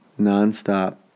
nonstop